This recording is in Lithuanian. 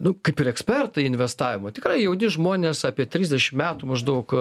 nu kaip ir ekspertai investavimo tikrai jauni žmonės apie trisdešimt metų maždaug